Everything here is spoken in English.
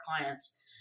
clients